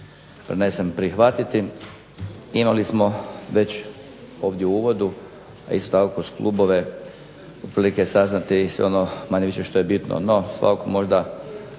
donesen, prihvatiti. Imali smo već ovdje u uvodu, a isto tako uz klubove otprilike saznati i sve ono manje-više što je bitno. No svakako možda